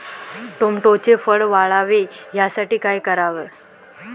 टोमॅटोचे फळ वाढावे यासाठी काय करावे?